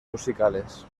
musicales